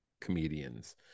comedians